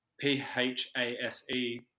P-H-A-S-E